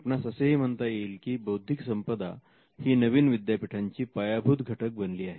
आपणास असेही म्हणता येईल की बौद्धिक संपदा ही नवीन विद्यापीठांची पायाभूत घटक बनली आहे